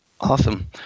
Awesome